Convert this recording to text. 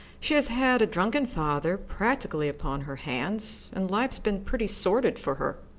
she has had a drunken father practically upon her hands, and life's been pretty sordid for her.